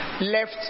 left